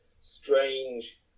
strange